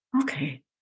Okay